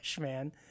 man